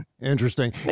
Interesting